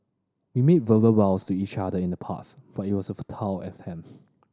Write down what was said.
we made verbal vows to each other in the past but it was a futile attempt